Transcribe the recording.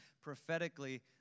prophetically